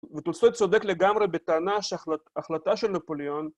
וטולסטוי צודק לגמרי בטענה שהחלטה של נפוליאון